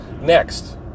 Next